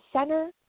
center